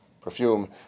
perfume